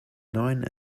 nine